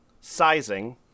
sizing